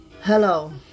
Hello